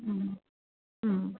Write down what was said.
ও ও